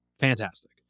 fantastic